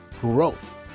growth